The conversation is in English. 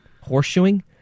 Horseshoeing